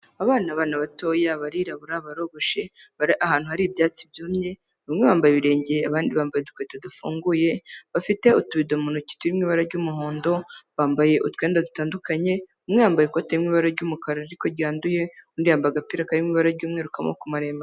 Abana, abana batoya barirabura barogoshe bari ahantu hari ibyatsi byumye bamwe bambaye ibirenge,, abandi bambaye udukweto dufunguye, bafite utubido mu ntoki turimo mu ibara ry'umuhondo bambaye utwenda dutandukanye, umwe yambaye ikote riri mu ibara ry'umukara ]ariko ryanduye, undi yamba agapira karirimo ibara ry'umweru k'amaboko maremare.